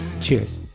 Cheers